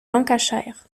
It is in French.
lancashire